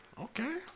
Okay